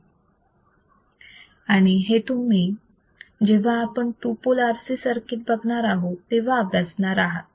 आणि हे तुम्ही जेव्हा आपण टू पोल RC सर्किट बघणारआहोत तेव्हा अभ्यासणार आहात